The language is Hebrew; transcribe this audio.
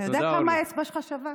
אתה יודע כמה האצבע שלך שווה?